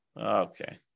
okay